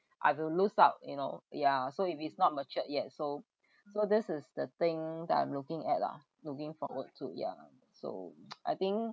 I will lose out you know yeah so if it's not matured yet so so this is the thing that I'm looking at lah looking forward to ya so I think